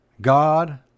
god